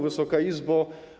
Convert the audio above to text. Wysoka Izbo!